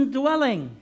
dwelling